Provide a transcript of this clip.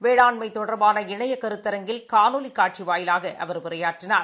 வேளாண்மைதொடர்பான இணையகருத்தரங்கில் காணொலிகாட்சிவாயிலாகஅவர் உரையாற்றினார்